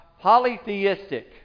polytheistic